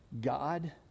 God